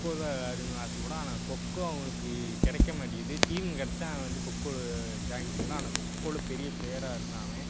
கொக்கோ தான் விளாடணும்னு ஆசைப்படும் ஆனால் கொக்கோ அவனுக்கு கிடைக்க மாட்டிக்கிது டீம் கிடச்சா அவன் வந்து கொக்கோல ஜாயின் பண்ணிடலாம் ஆனால் கொக்கோல பெரிய ப்ளேயராக இருக்கான் அவன்